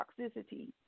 toxicity